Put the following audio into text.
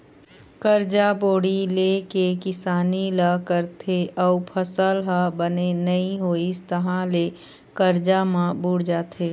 करजा बोड़ी ले के किसानी ल करथे अउ फसल ह बने नइ होइस तहाँ ले करजा म बूड़ जाथे